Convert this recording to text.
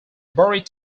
buried